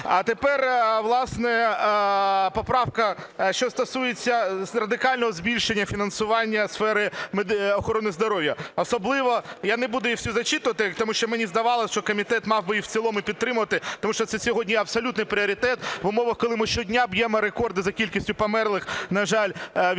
А тепер, власне, поправка, що стосується радикального збільшення фінансування сфери охорони здоров'я. Особливо, я не буду її всю зачитувати, тому що мені здавалося, що комітет мав би її в цілому підтримати, тому що це сьогодні абсолютний пріоритет в умовах, коли ми щодня б'ємо рекорди за кількістю померлих, на жаль, від COVID.